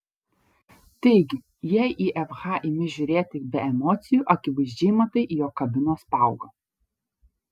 taigi jei į fh imi žiūrėti be emocijų akivaizdžiai matai jog kabinos paaugo